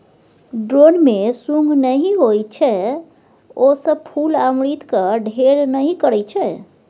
drone मे सुंग नहि होइ छै ओ सब फुल आ अमृतक ढेर नहि करय छै